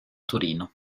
torino